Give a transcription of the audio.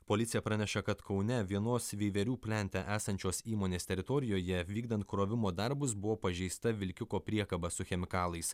policija praneša kad kaune vienos veiverių plente esančios įmonės teritorijoje vykdant krovimo darbus buvo pažeista vilkiko priekaba su chemikalais